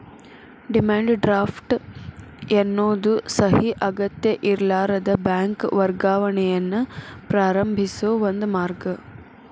demand draft ಎನ್ನೋದು ಸಹಿ ಅಗತ್ಯಇರ್ಲಾರದ ಬ್ಯಾಂಕ್ ವರ್ಗಾವಣೆಯನ್ನ ಪ್ರಾರಂಭಿಸೋ ಒಂದ ಮಾರ್ಗ